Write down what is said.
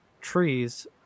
trees